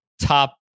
top